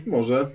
Może